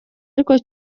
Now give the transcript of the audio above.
ariko